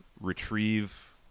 retrieve